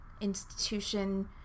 institution